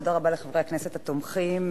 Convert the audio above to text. תודה רבה לחברי הכנסת התומכים,